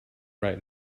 right